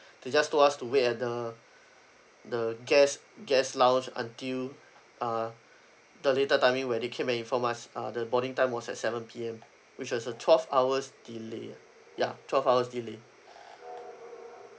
they just told us to wait at the the guest guest lounge until uh the later timing when they came and inform us uh the boarding time was at seven P_M which was a twelve hours delay ah ya twelve hours delay